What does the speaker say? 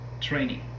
training